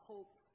Hope